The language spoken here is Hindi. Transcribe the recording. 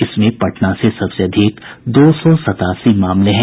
इसमें पटना से सबसे अधिक दो सौ सतासी मामले हैं